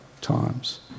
times